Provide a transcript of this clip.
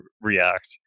React